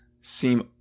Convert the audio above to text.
seem